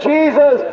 Jesus